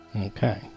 Okay